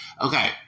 Okay